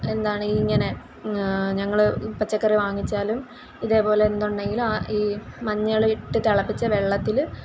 എന്താണ് ഇങ്ങനെ ഞങ്ങൾ പച്ചക്കറി വാങ്ങിച്ചാലും ഇതേപോലെ എന്തുണ്ടെങ്കിലും ഈ മഞ്ഞൾ ഇട്ട് തിളപ്പിച്ച വെള്ളത്തിൽ